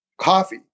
coffee